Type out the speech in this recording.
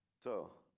so.